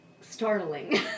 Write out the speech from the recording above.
startling